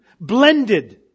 Blended